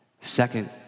Second